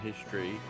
history